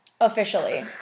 Officially